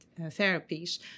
therapies